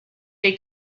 they